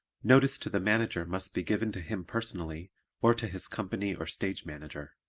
notice to the manager must be given to him personally or to his company or stage manager.